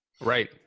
Right